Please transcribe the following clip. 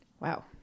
Wow